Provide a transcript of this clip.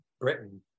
Britain